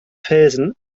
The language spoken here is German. velzen